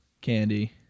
Candy